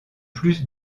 plus